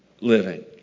living